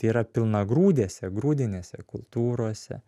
tai yra pilnagrūdėse grūdinėse kultūrose